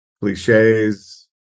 cliches